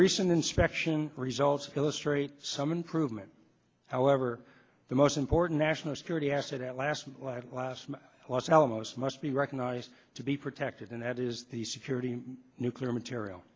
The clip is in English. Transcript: recent inspection results illustrate some improvement however the most important national security asset at last los alamos must be recognized to be protected and that is the security of nuclear material